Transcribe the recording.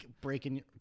breaking